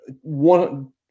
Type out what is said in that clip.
one